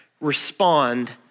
respond